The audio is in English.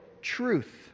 truth